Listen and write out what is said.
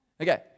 Okay